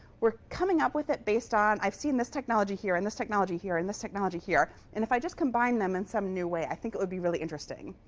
we're coming up with it based on i've seen this technology here and this technology here and this technology here, and if i just combine them in some new way, i think it would be really interesting.